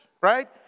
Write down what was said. right